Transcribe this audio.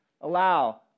allow